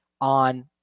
on –